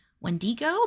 Wendigo